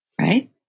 Right